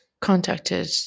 contacted